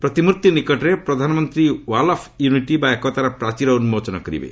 ପ୍ରତିମୂର୍ତ୍ତି ନିକଟରେ ପ୍ରଧାନମନ୍ତ୍ରୀ ୱାଲ୍ ଅଫ୍ ୟୁନିଟି ବା ଏକତାର ପ୍ରାଚୀର ଉନ୍କୋଚନ କରିବେ